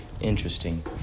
interesting